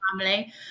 family